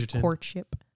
courtship